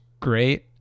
great